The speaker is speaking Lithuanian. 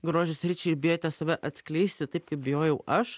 grožio sričiai ir bijote save atskleisti taip kaip bijojau aš